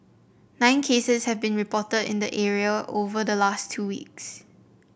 nine cases have been reported in the area over the last two weeks